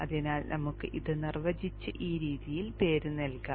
അതിനാൽ നമുക്ക് ഇത് നിർവചിച്ച് ഈ രീതിയിൽ പേര് നൽകാം